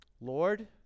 Lord